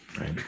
right